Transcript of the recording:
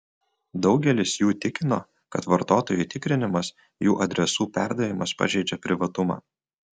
daugelis jų tikino kad vartotojų tikrinimas jų adresų perdavimas pažeidžia privatumą